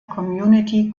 community